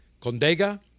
Condega